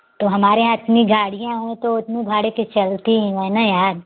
तो हमारे यहाँ इतनी गाड़ियाँ हैं तो इतने भाड़े की चलती है ना यार